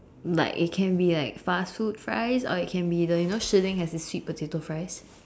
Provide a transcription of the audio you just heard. like it can be like fast food fries or it can be the you know Shilin has the sweet potato fries